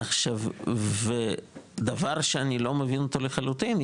עכשיו ודבר שאני לא מבין אותו לחלוטין,